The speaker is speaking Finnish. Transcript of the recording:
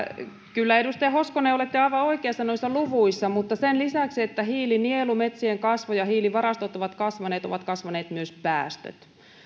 kyllä edustaja hoskonen olette aivan oikeassa noissa luvuissa mutta sen lisäksi että hiilinielu metsien kasvu ja hiilivarastot ovat kasvaneet ovat kasvaneet myös päästöt